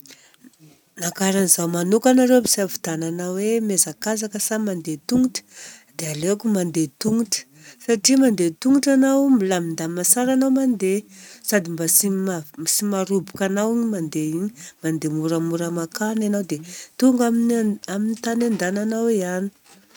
Na kara an'izaho manokana arô ampisafidianana hoe mihazakazaka sa mandeha tongotra dia aleoko mandeha tongotra. Satria mandeha tongotra anao milamindamina tsara anao mandeha, sady mba tsy ma- tsy maharobika anao igny mandeha igny. Mandeha moramora makany anao dia tonga amin'ny tany andehananao ihany.